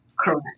Correct